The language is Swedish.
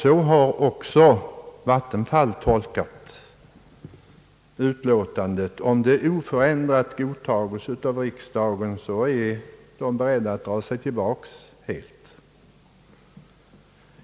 Så har också vattenfallsverket tolkat utlåtandet; om det oförändrat godtages av riksdagen, är verket berett att helt dra sig tillbaka.